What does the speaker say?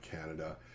Canada